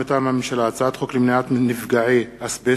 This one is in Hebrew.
מטעם הממשלה: הצעת חוק למניעת מפגעי אסבסט,